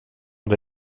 det